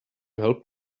help